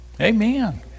amen